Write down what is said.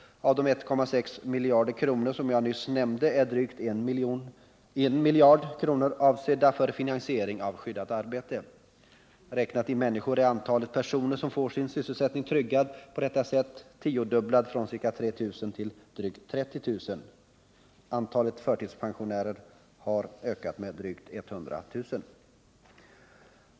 Av de 1,6 miljarder kronor som jag nyss nämnde är drygt 1 miljard kronor avsedda för finansiering av skyddat arbete. Räknat i människor har antalet personer som får sin sysselsättning tryggad på detta sätt tiodubblats från ca 3 000 till drygt 30 000, och antalet förtidspensionärer har ökat med drygt 100 000.